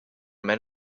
men